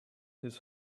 his